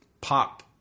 pop